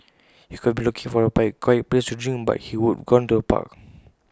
he could have been looking for A quiet place to drink but he would've gone to A park